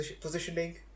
positioning